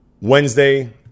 Wednesday